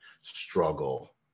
struggle